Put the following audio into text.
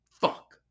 Fuck